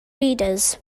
readers